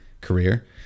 career